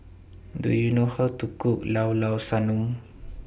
Do YOU know How to Cook Llao Llao Sanum